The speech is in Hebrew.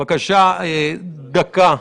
בבקשה, דקה.